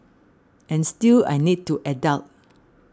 and still I need to adult